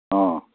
ꯑꯣ